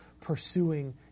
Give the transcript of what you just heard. pursuing